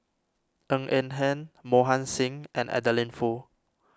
Ng Eng Hen Mohan Singh and Adeline Foo